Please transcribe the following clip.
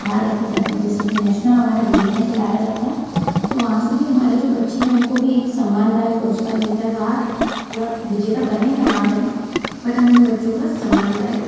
बाहर रखी जाती हैं जैसे कि नेशनल हमारा दिल्ली में खिलाया जाता है तो वहाँ से भी हमारे जो बच्चे हैं उनको भी एक सम्मानदायक पुरस्कार मिलता है वहाँ यह विजेता बने या ना बने बट हम उन बच्चों का सम्मानदायक